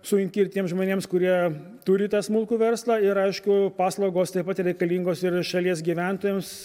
sunki ir tiems žmonėms kurie turi tą smulkų verslą ir aišku paslaugos taip pat reikalingos ir šalies gyventojams